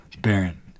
Baron